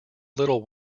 little